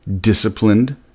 disciplined